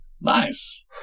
Nice